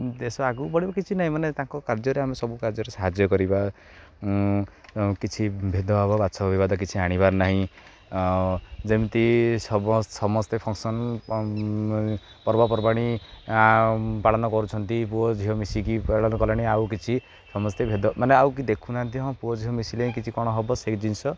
ଦେଶ ଆଗକୁ ବଢ଼ିବ କିଛି ନାହିଁ ମାନେ ତାଙ୍କ କାର୍ଯ୍ୟରେ ଆମେ ସବୁ କାର୍ଯ୍ୟରେ ସାହାଯ୍ୟ କରିବା କିଛି ଭେଦ ହବ ବାଛ ବିବାଦ କିଛି ଆଣିବାର ନାହିଁ ଯେମିତି ସମ ସମସ୍ତେ ଫଙ୍କସନ୍ ପର୍ବପର୍ବାଣି ପାଳନ କରୁଛନ୍ତି ପୁଅ ଝିଅ ମିଶିକି ପାଳନ କଲେଣି ଆଉ କିଛି ସମସ୍ତେ ଭେଦମାନେ ଆଉ କି ଦେଖୁନାହାନ୍ତି ହଁ ପୁଅ ଝିଅ ମିଶିଲେି କିଛି କ'ଣ ହବ ସେଇ ଜିନିଷ